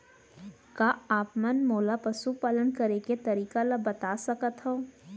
का आप मन मोला पशुपालन करे के तरीका ल बता सकथव?